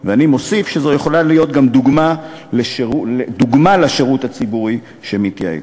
ואני מוסיף שזאת יכולה גם דוגמה לשירות הציבורי שמתייעל.